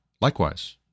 Likewise